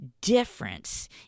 difference